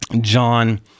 John